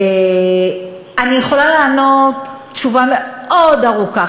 אני יכולה לענות תשובה מאוד ארוכה,